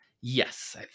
Yes